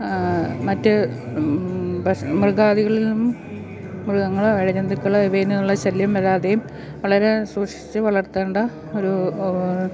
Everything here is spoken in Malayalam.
മറ്റ് പ്രശ്ന മൃഗാദികളിൽനിന്നും മൃഗങ്ങളെ ഇഴജന്തുക്കളെ ഇവയിൽനിന്നുള്ള ശല്യം വരാതെയും വളരെ സൂക്ഷിച്ച് വളർത്തേണ്ട ഒരു